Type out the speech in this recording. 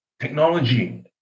technology